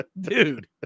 dude